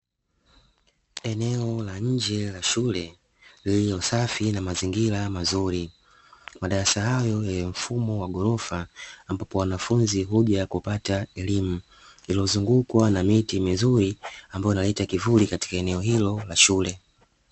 Eneo la nje la shule, lililo safi na mazingira mazuri. Madarasa hayo yenye mfumo wa ghorofa, ambapo wanafunzi huja kupata elimu, iliyozungukwa na miti mizuri ambayo inaleta kivuli katika eneo hilo la shule.